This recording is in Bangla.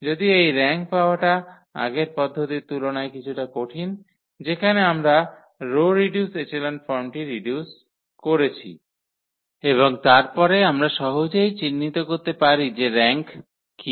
যদিও এই র্যাঙ্ক পাওয়াটা আগের পদ্ধতির তুলনায় কিছুটা কঠিন যেখানে আমরা রো রিডিউসড এচেলন ফর্মটি রিডিউস করেছি এবং তারপরে আমরা সহজেই চিহ্নিত করতে পারি যে র্যাঙ্ক কী